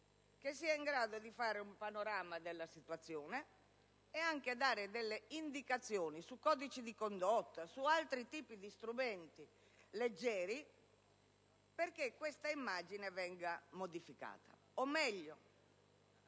che sia in grado di tracciare un panorama della situazione e anche di dare indicazioni su codici di condotta, su altri tipi di strumenti leggeri perché questa immagine venga modificata o, meglio,